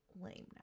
lame